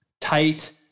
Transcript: tight